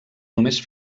només